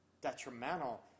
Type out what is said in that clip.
detrimental